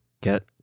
get